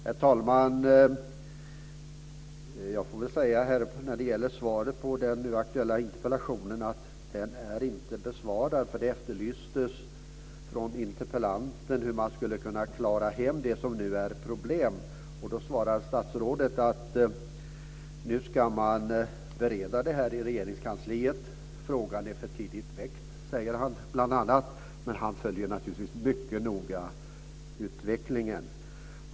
Herr talman! Jag får väl säga att den nu aktuella interpellationen inte är besvarad. Det efterlystes från interpellanten hur man skulle kunna klara hem det som nu är problem. Då svarar statsrådet att nu ska man bereda det här i Regeringskansliet. Frågan är för tidigt väckt, säger han bl.a. Men han följer naturligtvis mycket noga utvecklingen.